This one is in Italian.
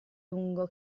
lungo